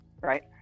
right